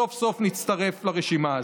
סוף-סוף נצטרף לרשימה הזאת.